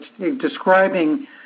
describing